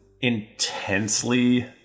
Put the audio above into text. intensely